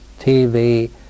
TV